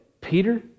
Peter